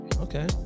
Okay